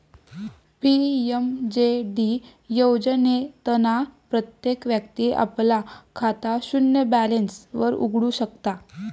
PMJD योजनेतना प्रत्येक व्यक्ती आपला खाता शून्य बॅलेंस वर उघडु शकता